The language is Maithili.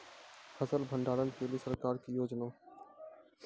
फसल भंडारण के लिए सरकार की योजना?